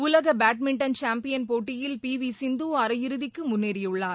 உலக badminton champion போட்டியில் P V Sindhu அரையிறதிக்கு முன்னேறியுள்ளார்